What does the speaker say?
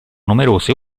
numerose